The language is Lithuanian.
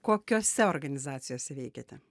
kokiose organizacijose veikiate